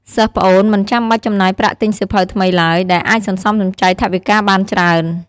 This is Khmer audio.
សិស្សប្អូនមិនចាំបាច់ចំណាយប្រាក់ទិញសៀវភៅថ្មីឡើយ ដែលអាចសន្សំសំចៃថវិកាបានច្រើន។